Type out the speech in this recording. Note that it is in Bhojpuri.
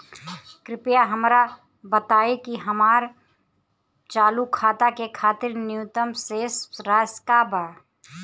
कृपया हमरा बताइ कि हमार चालू खाता के खातिर न्यूनतम शेष राशि का बा